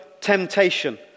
temptation